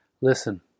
Listen